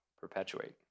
perpetuate